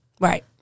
Right